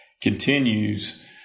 continues